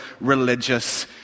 religious